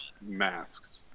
masks